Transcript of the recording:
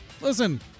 Listen